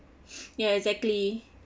ya exactly